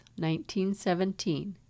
1917